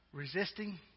Resisting